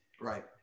right